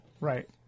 Right